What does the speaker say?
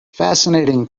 fascinating